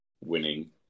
winning